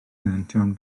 helyntion